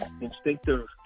instinctive